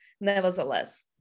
nevertheless